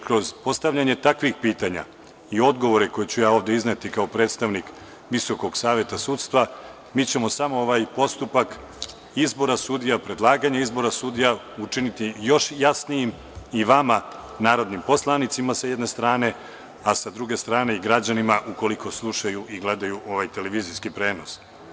Kroz postavljanje takvih pitanja i odgovore koje ću izneti kao predstavnik Visokog saveta sudstva, mi ćemo samo ovaj postupak izbora sudija, predlaganje izbora sudija učiniti još jasnijim i vama narodnim poslanicima, sa jedne strane, i građanima, sa druge strane, ukoliko slušaju i gledaju ovaj televizijski prenos.